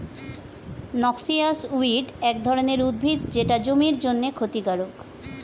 noxious weed এক ধরনের উদ্ভিদ যেটা জমির জন্যে ক্ষতিকারক